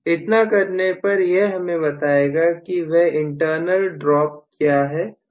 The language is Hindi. इतना करने पर यह हमें बताएगा कि वह इंटरनल ड्रॉप क्या है जो इसमें हो रहा है